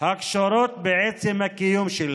הקשורות בעצם הקיום שלנו.